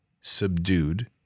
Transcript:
subdued